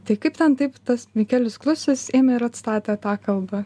tai kaip ten taip tas mikelis klusis ėmė ir atstatė tą kalbą